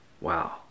Wow